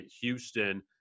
Houston